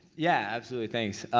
yeah, absolutely, thanks.